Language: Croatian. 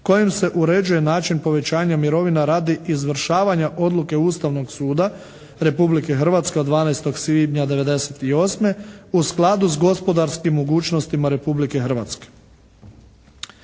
kojim se uređuje način povećanja mirovina radi izvršavanja odluke Ustavnog suda Republike Hrvatske od 12. svibnja '98. u skladu s gospodarskim mogućnostima Republike Hrvatske.